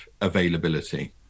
availability